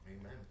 Amen